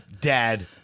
dad